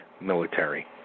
Military